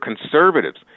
conservatives